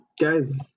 guys